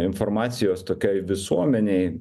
informacijos tokioj visuomenėj